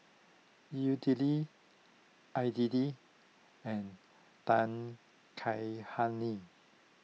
Idili and Dan Kaihani